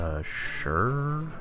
sure